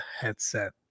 headset